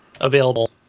available